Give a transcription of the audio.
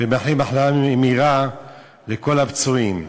ומאחלים החלמה מהירה לכל הפצועים.